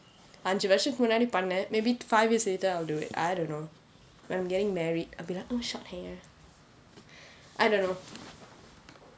ஐந்து வருஷத்துக்கு முன்னாடி பண்ணேன்:ainthu varushathukku munnadi pannen maybe five years later I'll do it I don't know when I'm getting married I'll be like I want short hair I don't know